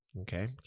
Okay